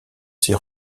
ses